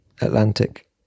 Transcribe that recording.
Atlantic